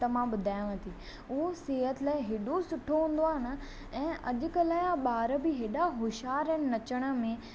त मां ॿुधायांव थी उहा सिहत लाइ हेॾो सुठो हूंदो आहे न ऐं अॼुकल्ह जा ॿार बि हेॾा होशियार आहिनि नचण में